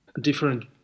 different